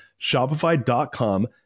Shopify.com